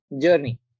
Journey